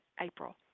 April